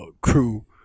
crew